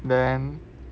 then